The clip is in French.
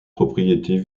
propriétés